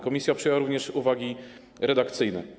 Komisja przyjęła również uwagi redakcyjne.